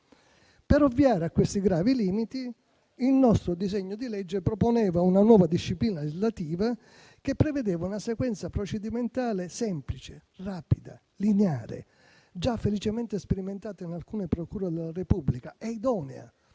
Per ovviare a questi gravi limiti, il nostro disegno di legge proponeva una nuova disciplina legislativa che prevedeva una sequenza procedimentale semplice, rapida, lineare, già felicemente sperimentata in alcune procure della Repubblica e idonea